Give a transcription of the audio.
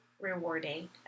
rewarding